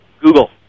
Google